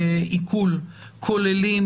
כי אם זה כתוצאה מביקורת של בית משפט,